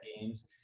games